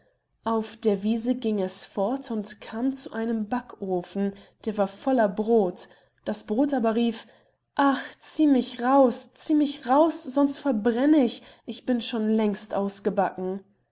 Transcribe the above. auf der wiese gieng es fort und kam zu einem backofen der war voller brot das brot aber rief ach zieh mich raus zieh mich raus sonst verbrenn ich ich bin schon längst ausgebacken